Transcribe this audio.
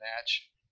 match